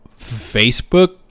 Facebook